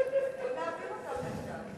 בוא נעביר אותם לשם.